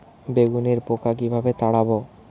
বেগুনের পোকা কিভাবে তাড়াব?